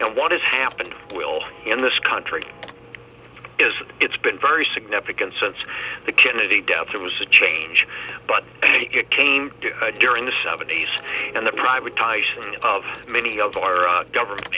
and what has happened will in this country is it's been very significant since the kennedy death there was a change but it came during the seventies and the privatizing of many of our government